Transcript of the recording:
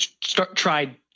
tried